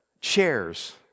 chairs